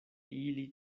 ili